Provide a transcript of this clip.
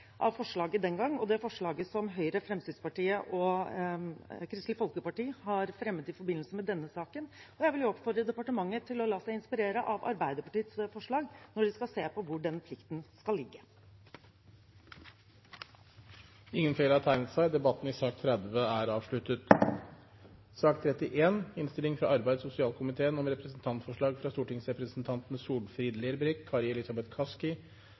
av forslaget den gang og det forslaget som Høyre, Fremskrittspartiet og Kristelig Folkeparti har fremmet i forbindelse med denne saken. Jeg vil oppfordre departementet til å la seg inspirere av Arbeiderpartiets forslag når de skal se på hvor den plikten skal ligge. Flere har ikke bedt om ordet til sak nr. 30. Etter ønske fra arbeids- og sosialkomiteen